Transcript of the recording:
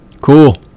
cool